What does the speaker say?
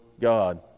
God